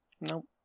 Nope